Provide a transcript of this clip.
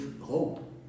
hope